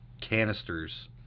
canisters